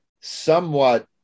somewhat